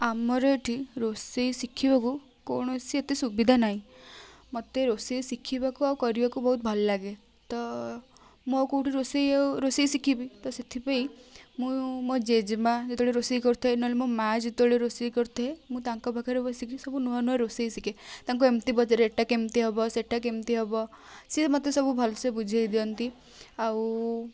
ଆମର ଏଠି ରୋଷେଇ ଶିଖିବାକୁ କୌଣସି ଏତେ ସୁବିଧା ନାହିଁ ମୋତେ ରୋଷେଇ ଶିଖିବାକୁ ଆଉ କରିବାକୁ ବହୁତ ଭଲ ଲାଗେ ତ ମୁଁ ଆଉ କେଉଁଠି ରୋଷେଇ ଆଉ ରୋଷେଇ ଶିଖିବି ସେଥିପାଇଁ ମୁଁ ମୋ ଜେଜେମା ଯେତେବେଳେ ରୋଷେଇ କରୁଥାଏ ନହେଲେ ମୋ ମାଆ ଯେତେବେଳେ ରୋଷେଇ କରୁଥାଏ ମୁଁ ତାଙ୍କ ପାଖରେ ବସିକି ସବୁ ନୂଆ ନୂଆ ରୋଷେଇ ଶିଖେ ତାଙ୍କୁ ଏମିତି ପଚାରେ ଏଇଟା କେମିତି ହେବ ସେଇଟା କେମିତି ହେବ ସିଏ ମୋତେ ସବୁ ଭଲସେ ବୁଝାଇ ଦିଅନ୍ତି ଆଉ